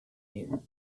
year